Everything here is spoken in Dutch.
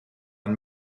een